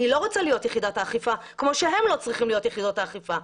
אני לא רוצה להיות יחידת האכיפה כמו שהם לא צריכים יחידות האכיפה.